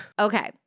Okay